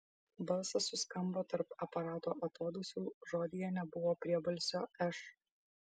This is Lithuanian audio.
balsas suskambo tarp aparato atodūsių žodyje nebuvo priebalsio š